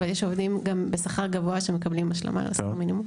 אבל יש עובדים בשכר גבוה שגם מקבלים השלמה לשכר מינימום.